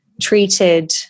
treated